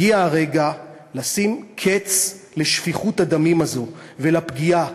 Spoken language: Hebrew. הגיע הרגע לשים קץ לשפיכות הדמים הזאת ולפגיעה.